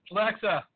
Alexa